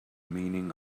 meaning